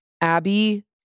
Abby